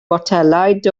botelaid